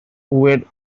were